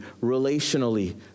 relationally